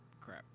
Crap